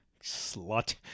Slut